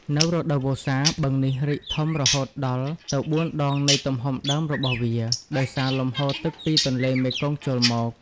នៅរដូវវស្សា បឹងនេះរីកធំរហូតដល់ទៅ ៤ ដងនៃទំហំដើមរបស់វា ដោយសារលំហូរទឹកពីទន្លេមេគង្គចូលមក។